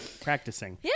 Practicing